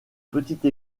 petite